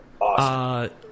Awesome